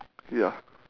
ya